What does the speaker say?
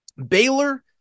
Baylor